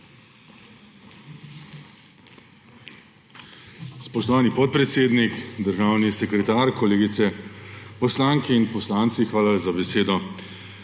Spoštovani podpredsednik, državni sekretar, kolegice poslanke in poslanci! Hvala za besedo.